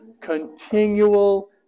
continual